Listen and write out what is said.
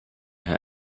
her